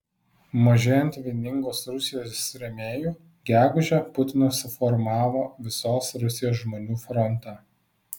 mažėjant vieningos rusijos rėmėjų gegužę putinas suformavo visos rusijos žmonių frontą